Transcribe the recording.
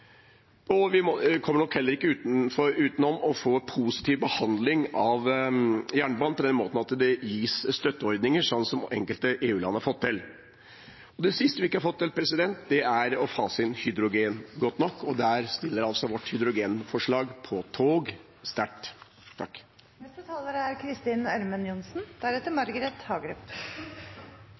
Vi kommer nok heller ikke utenom å få en positiv behandling av jernbanen på den måten at det gis støtteordninger, sånn som enkelte EU-land har fått til. Det siste vi ikke har fått til, er å fase inn hydrogen godt nok. Der stiller vårt hydrogenforslag for tog sterkt.